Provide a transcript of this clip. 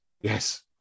Yes